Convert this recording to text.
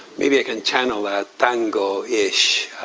maybe i can channel that tango-ish